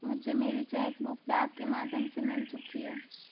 मुझे मेरी cheque book डाक के माध्यम से मिल चुकी है